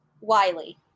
Wiley